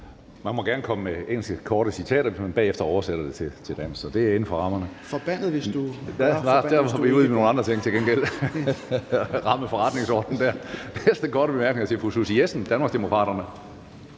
Man må gerne komme med korte engelske citater, hvis man bagefter oversætter dem til dansk. Så det er inden for rammerne. (Morten Dahlin (V): Forbandet, hvis du ...), Nej, der kommer vi til gengæld ud i nogle andre ting med at ramme forretningsordenen der. Den næste korte bemærkning er til fru Susie Jessen, Danmarksdemokraterne.